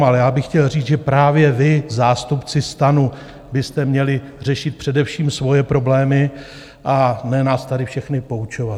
Ale já bych chtěl říct, že právě vy, zástupci STANu, byste měli řešit především svoje problémy, a ne nás tady všechny poučovat.